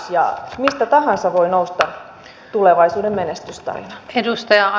mistä tahansa voi nousta tulevaisuuden menestystarina